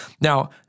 Now